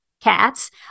cats